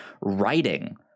writing